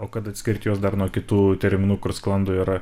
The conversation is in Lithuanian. o kad atskirti juos dar nuo kitų terminų kur sklando yra